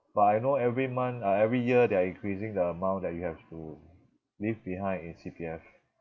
but I know every month uh every year they are increasing the amount that you have to leave behind in C_P_F